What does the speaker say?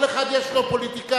כל אחד יש לו פוליטיקאים.